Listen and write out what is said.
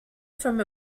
from